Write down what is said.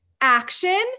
action